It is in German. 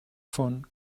von